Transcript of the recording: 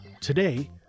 Today